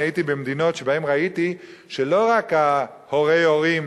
אני הייתי במדינות שבהן ראיתי שלא רק הורי ההורים